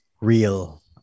real